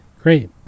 great